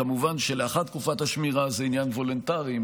כמובן שלאחר תקופת השמירה זה עניין וולונטרי,